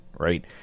Right